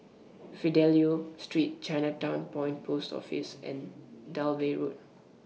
Fidelio Street Chinatown Point Post Office and Dalvey Road